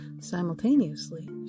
Simultaneously